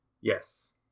Yes